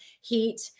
heat